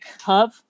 hub